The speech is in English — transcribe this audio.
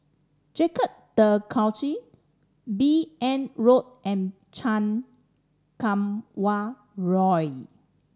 Jacques De Coutre B N Road and Chan Kum Wah Roy